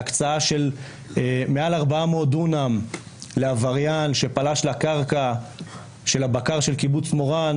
בהקצאה של מעל 400 דונם לעבריין שפלש לקרקע של הבקר של קיבוץ מורן,